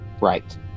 right